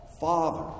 Father